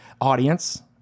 Audience